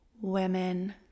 Women